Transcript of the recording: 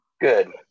good